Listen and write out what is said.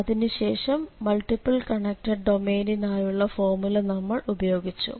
അതിനുശേഷം multiple connected ഡൊമെയ്നിനായുള്ള formula നമ്മൾ ഉപയോഗിച്ചു